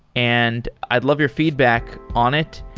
and i'd love your feedback on it.